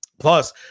Plus